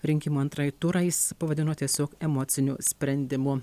rinkimų antrąjį turą jis pavadino tiesiog emociniu sprendimu